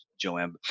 Joanne